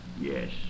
Yes